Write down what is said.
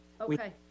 Okay